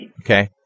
Okay